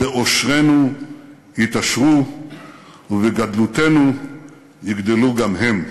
בעושרנו יתעשרו ובגדלותנו יגדלו גם הם".